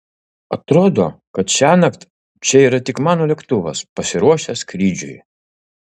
atrodo kad šiąnakt čia yra tik mano lėktuvas pasiruošęs skrydžiui